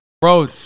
bro